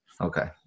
Okay